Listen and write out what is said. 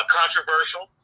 controversial